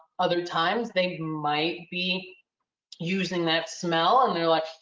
other times they might be using that smell and they're like,